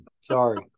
sorry